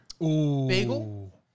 bagel